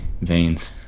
veins